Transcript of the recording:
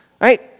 right